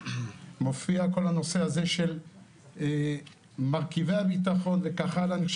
מופיע כל הנושא הזה של מרכיבי הביטחון וכך הלאה.